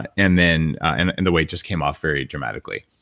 and and then, and and the weight just came off very dramatically.